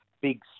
big